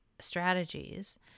strategies